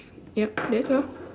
yup that's all